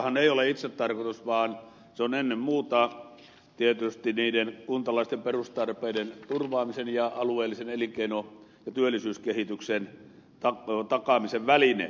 kuntahan ei ole itsetarkoitus vaan se on ennen muuta tietysti niiden kuntalaisten perustarpeiden turvaamisen ja alueellisen elinkeino ja työllisyyskehityksen takaamisen väline